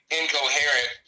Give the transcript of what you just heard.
incoherent